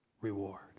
reward